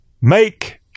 make